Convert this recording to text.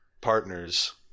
partners